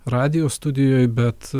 radijo studijoj bet